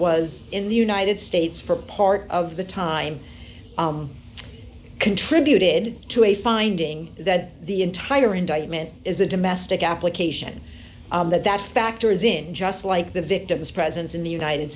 was in the united states for part of the time contributed to a finding that the entire indictment is a domestic application that that factor is in just like the victim's presence in the united